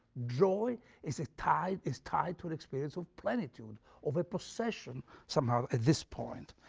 joy is tied is tied to an experience of plentitude of a procession somehow at this point,